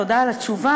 תודה על התשובה,